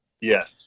Yes